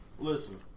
Listen